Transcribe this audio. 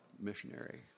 missionary